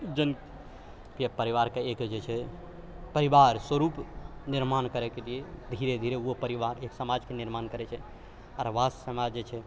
जन के परिवारके एक जे छै परिवार स्वरूप निर्माण करैके लिअ धीरे धीरे ओ परिवार एक समाजके निर्माण करै छै आओर वएह समाज जेछै